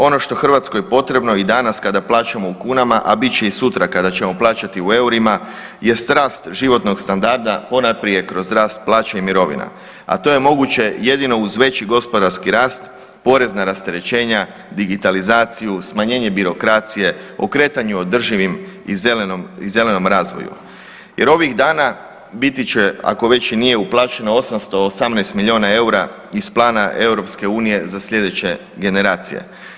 Ono što je Hrvatskoj potrebno i danas kada plaćamo u kunama, a bit će i sutra kada ćemo plaćati u eurima jest rast životnog standarda ponajprije kroz rast plaća i mirovina, a to je moguće jedino uz veći gospodarski rast, porezna rasterećenja, digitalizaciju, smanjenje birokracije, okretanju održivim i zelenom razvoju jer ovih dana biti će ako već i nije uplaćeno 818 milijuna eura iz plana EU za sljedeće generacije.